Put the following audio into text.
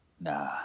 Nah